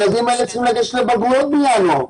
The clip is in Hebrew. הילדים האלה צריכים לגשת לבגרויות בינואר.